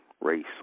race